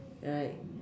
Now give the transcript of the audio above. right